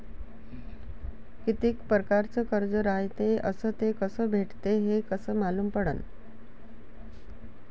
कितीक परकारचं कर्ज रायते अस ते कस भेटते, हे कस मालूम पडनं?